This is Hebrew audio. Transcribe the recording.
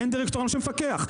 אין דירקטוריון שמפקח,